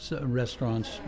restaurants